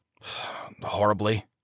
Horribly